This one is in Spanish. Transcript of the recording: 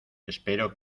espero